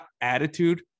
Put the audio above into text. attitude